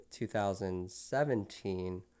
2017